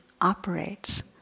operates